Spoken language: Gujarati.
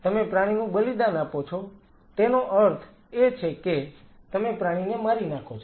તેથી તમે પ્રાણીનું બલિદાન આપો છો તેનો અર્થ છે કે તમે પ્રાણીને મારી નાખો છો